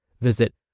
Visit